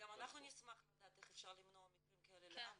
אנחנו נשמח לדעת איך אפשר למנוע מקרים כאלה להבא,